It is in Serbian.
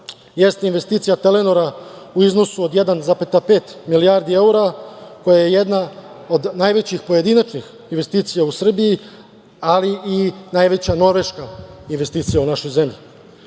jeste investicija „Telenora“ u iznosu od 1,5 milijardi evra koja je jedna od najvećih pojedinačnih investicija u Srbiji, ali i najveća norveška investicija u našoj zemlji.